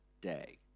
day